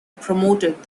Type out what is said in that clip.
promoted